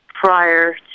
prior